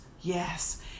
yes